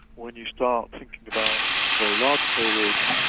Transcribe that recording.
when you start thinking about very large payloads,